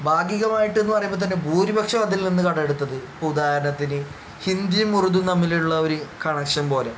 ഭാഗികമായിട്ട് എന്ന് പറയുമ്പോൾ തന്നെ ഭൂരിപക്ഷം അതിൽ നിന്ന് കടം എടുത്തത് ഇപ്പം ഉദാഹരണത്തിന് ഹിന്ദിയും ഉറുദുവും തമ്മിലുള്ള ഒരു കണക്ഷൻ പോലെ